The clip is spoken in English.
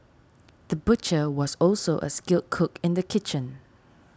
the butcher was also a skilled cook in the kitchen